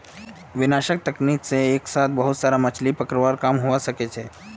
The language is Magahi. विनाशक तकनीक से एक साथ बहुत सारा मछलि पकड़वार काम हवा सके छे